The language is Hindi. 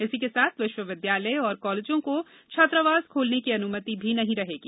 इसी के साथ विश्वविद्यालय और कॉलेजों को छात्रावास खोलने की अनुमति भी नहीं रहेगी